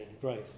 grace